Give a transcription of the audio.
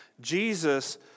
Jesus